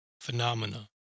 Phenomena